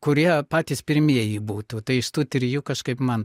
kurie patys pirmieji būtų tai iš tų trijų kažkaip man